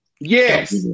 Yes